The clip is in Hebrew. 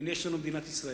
הנה יש לנו מדינת ישראל,